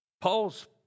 Paul's